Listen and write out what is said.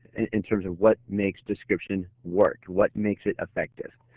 and in terms of what makes description work. what makes it effective.